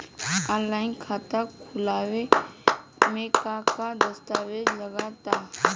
Online खाता खूलावे म का का दस्तावेज लगा ता?